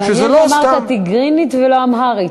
מעניין למה אמרת טיגרינית ולא אמהרית.